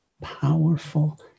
powerful